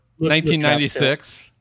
1996